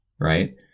right